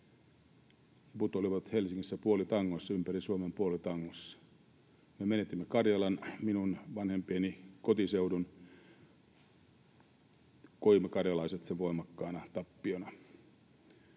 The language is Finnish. liput olivat Helsingissä puolitangossa, ympäri Suomen puolitangossa. Me menetimme Karjalan, minun vanhempieni kotiseudun, ja me karjalaiset koimme sen voimakkaana tappiona.